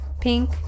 pink